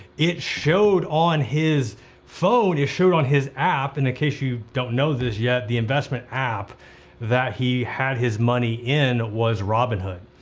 it showed on his phone, it showed on his app, and in case you don't know this yet, the investment app that he had his money in was robinhood.